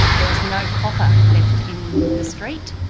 there was no copper left in the street,